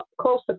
close